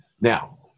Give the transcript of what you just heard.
Now